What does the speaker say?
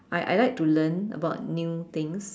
I I like to learn about new things